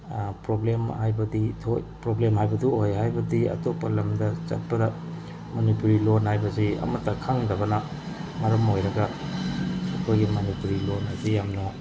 problem ꯍꯥꯏꯕꯗꯤ problem ꯍꯥꯏꯕꯗꯨ ꯑꯣꯏ ꯍꯥꯏꯕꯗꯤ ꯑꯇꯣꯞꯄ ꯂꯝꯗ ꯆꯠꯄꯗ ꯃꯅꯤꯄꯨꯔꯤ ꯂꯣꯟ ꯍꯥꯏꯕꯁꯤ ꯑꯃꯠꯇ ꯈꯪꯗꯕꯅ ꯃꯔꯝ ꯑꯣꯏꯔꯒ ꯑꯩꯈꯣꯏꯒꯤ ꯃꯅꯤꯄꯨꯔꯤ ꯂꯣꯟ ꯑꯁꯤ ꯌꯥꯝꯅ